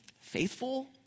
faithful